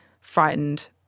frightened